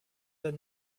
than